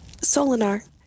Solinar